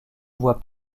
voie